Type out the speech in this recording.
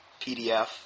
PDF